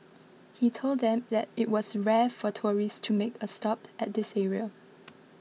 he told them that it was rare for tourists to make a stop at this area